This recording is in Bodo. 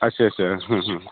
आदसा आदसा हो हो